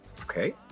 Okay